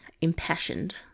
impassioned